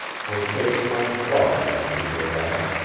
her face went white when she looked at him,